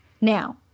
Now